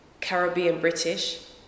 Caribbean-British